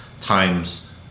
times